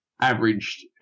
averaged